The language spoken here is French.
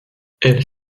elle